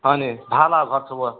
হয়নি ভাল আৰু ঘৰত চবৰে